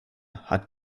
hat